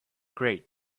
great